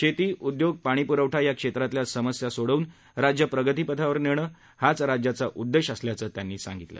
शेती उद्योग पाणी प्रवठा या क्षेत्रातल्या समस्या सोडवून राज्य प्रगतीपथावर नेणं हाच राज्य उद्देश असल्याचं त्यांनी सांगितलं